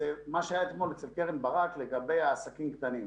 מה שהיה אתמול אצל קרן ברק לגבי העסקים הקטנים.